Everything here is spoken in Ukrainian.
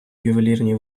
ювелірні